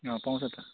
अँ पाउँछ त